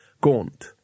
gaunt